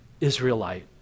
Israelite